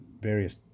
various